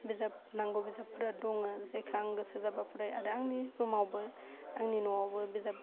बिजाब नांगौ बिजाबफोरा दङो जायखौ आं गोसो जाबा फरायो आरो आंनि रुमावबो आंनि न'वावबो बिजाब